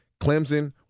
Clemson